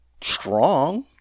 strong